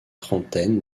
trentaine